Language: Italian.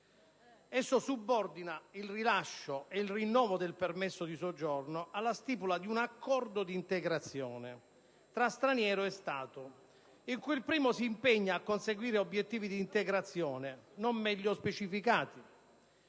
Esso subordina il rilascio (e il rinnovo) del permesso di soggiorno alla stipula di un "accordo di integrazione" tra straniero e Stato, in cui il primo si impegna a conseguire obiettivi di integrazione non meglio specificati.